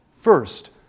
First